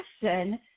question